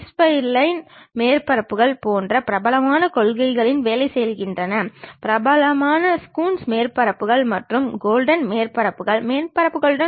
சித்திர வரைபடத்தில் முக்கிய ஆட்சேபனை என்னவென்றால் அதில் வடிவ மாற்றம் மற்றும் கோண விலகல் நிகழ்கிறது